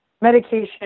medication